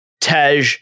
Tej